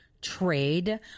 trade